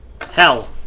Hell